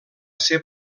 ser